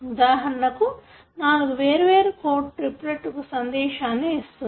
ఉదాహరణకు నాలుగు వేర్వేరు కోడ్ లు త్రిప్లెట్ కు ఒక సందేశాన్ని ఇస్తుంది